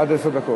עד עשר דקות.